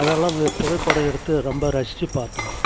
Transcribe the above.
அதெல்லாம் இந்த புகைப்படம் எடுத்து ரொம்ப ரசிச்சு பார்த்தோம்மா